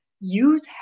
use